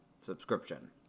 subscription